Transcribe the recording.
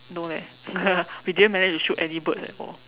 no leh we didn't manage to shoot any birds at all